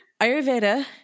Ayurveda